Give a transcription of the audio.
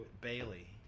Bailey